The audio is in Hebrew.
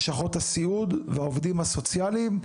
לשכות הסיעוד והעובדים הסוציאליים.